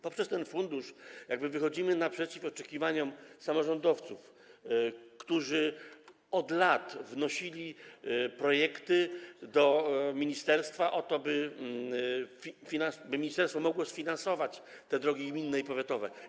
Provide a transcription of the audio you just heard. Poprzez ten fundusz wychodzimy naprzeciw oczekiwaniom samorządowców, którzy od lat wnosili projekty do ministerstwa, by ministerstwo mogło sfinansować drogi gminne i powiatowe.